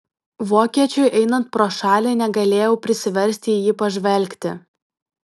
vokiečiui einant pro šalį negalėjau prisiversti į jį pažvelgti